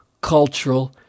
cultural